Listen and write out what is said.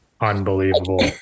Unbelievable